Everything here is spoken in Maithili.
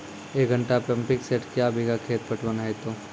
एक घंटा पंपिंग सेट क्या बीघा खेत पटवन है तो?